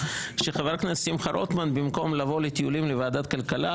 שחבר הכנסת שמחה רוטמן במקום לבוא לטיולים לוועדת הכלכלה,